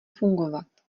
fungovat